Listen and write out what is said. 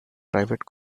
private